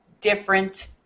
different